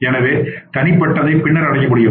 எனவே தனிப்பட்டதை பின்னர் அடைய முடியும்